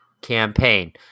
campaign